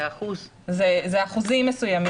זה אחוזים מסוימים.